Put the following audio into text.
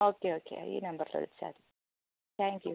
okay okay ഈ നമ്പറിൽ വിളിച്ചാൽ മതി താങ്ക് യൂ